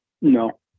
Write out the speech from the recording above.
No